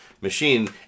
machine